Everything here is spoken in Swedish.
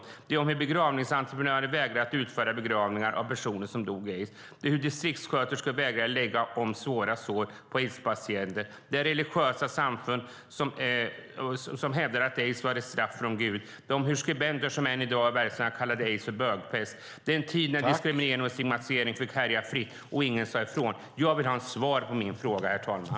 Det är om hur begravningsentreprenörer vägrade att utföra begravningar av personer som dog i aids. Det är om hur distriktssköterskor vägrade lägga om svåra sår på aidspatienter. Det är om hur religiösa samfund hävdade att aids var ett straff från Gud. Det är om hur skribenter, som än i dag är verksamma, kallade aids för bögpest. Det var en tid när diskriminering och stigmatisering fick härja fritt, och ingen sade ifrån. Jag vill ha svar på min fråga, herr talman.